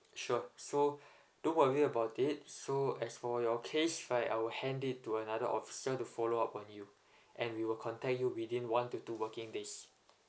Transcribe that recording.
sure so don't worry about it so as for your case right I will hand it to another officer to follow up on you and we will contact you within one to two working days